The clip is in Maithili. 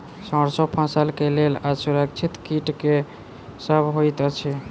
सैरसो फसल केँ लेल असुरक्षित कीट केँ सब होइत अछि?